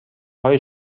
های